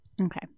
Okay